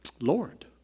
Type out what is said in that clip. Lord